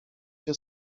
się